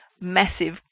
massive